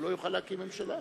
הוא לא יוכל להקים ממשלה.